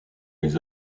les